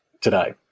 today